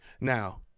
Now